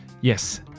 Yes